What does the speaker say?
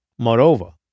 Moreover